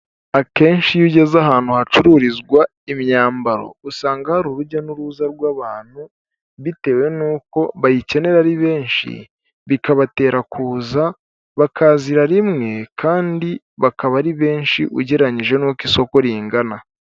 Akenshi iyo ugeze ahantu hacururizwa imyambaro usanga hari urujya n'uruza rw'abantu bitewe n'uko bayikenera ari benshi bikabatera kuza bakazira rimwe kandi bakaba ari benshi ugereranyije n'uko isoko ringana.